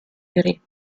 beauty